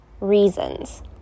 reasons